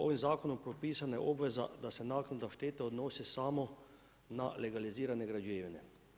Ovim zakonom propisana je obveza da se naknada štete odnosi samo na legalizirane građevine.